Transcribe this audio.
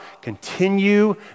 continue